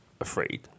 afraid